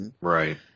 Right